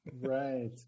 right